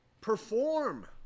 perform